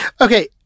Okay